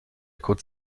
kurz